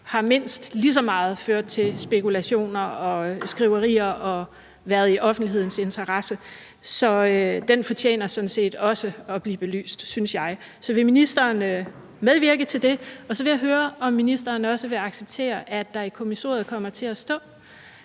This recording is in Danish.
sag mindst lige så meget har ført til spekulationer og skriverier og været i offentlighedens interesse. Så den fortjener sådan set også at blive belyst, synes jeg. Så vil ministeren medvirke til det? Så vil jeg høre, om ministeren også vil acceptere, at der i kommissoriet kommer til at stå,